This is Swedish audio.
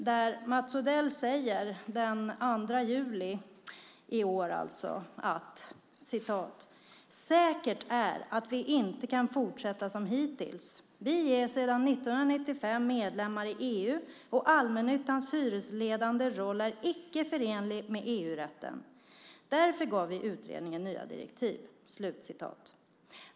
Där säger Mats Odell den 2 juli: "Säkert är att vi inte kan fortsätta som hittills. Vi är sedan 1995 medlemmar i EU och allmännyttans hyresledande roll är icke förenlig med EG-rätten. Därför gav vi utredningen nya direktiv."